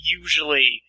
usually